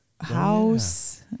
house